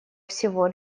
всего